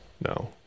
no